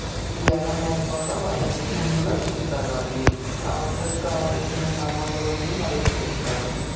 ఎలా నేర్పాలో వాళ్ళకి ముందుగా చెప్తాను అన్నీ ఆ వంటకు కావలసిన సామానులు అన్నీ వాళ్ళకు చెప్తాను